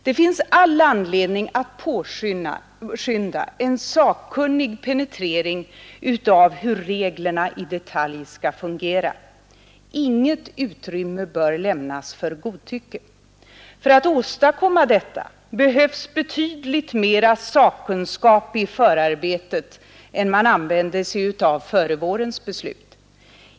Det finns all anledning att påskynda en sakkunnig penetrering av hur reglerna i detalj skall fungera. Inget utrymme bör lämnas för godtycke. För att åstadkomma detta behövs betydligt mer sakkunskap i förarbetet än man använde sig av före vårens beslut.